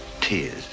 tears